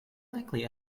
likely